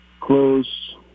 close